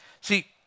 See